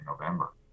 November